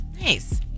Nice